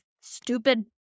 stupid